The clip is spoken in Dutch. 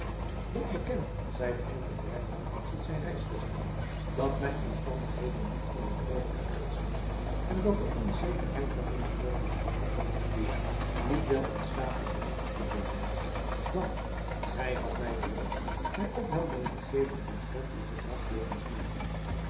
ik beken zeide eindelijk reinout tot zijn reisgezel dat mijn omstandigheden niet van een vroolijken aard zijn en dat de onzekerheid waarin ik nopens de toekomst verkeer niet wel in staat is mij op te beuren dan gij hadt mij beloofd mij opheldering te geven omtrent uw gedrag jegens mij